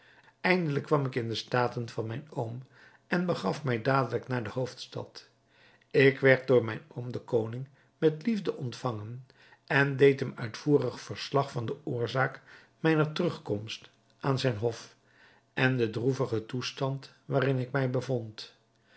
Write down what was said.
eindelijk kwam ik in de staten van mijn oom en begaf mij dadelijk naar de hoofdstad ik werd door mijn oom den koning met liefde ontvangen en deed hem uitvoerig verslag van de oorzaak mijner terugkomst aan zijn hof en den droevigen toestand waarin ik mij bevond